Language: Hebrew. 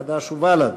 חד"ש ובל"ד: